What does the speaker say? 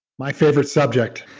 my favorite subject